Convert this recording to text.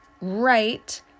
right